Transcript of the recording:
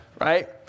right